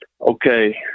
okay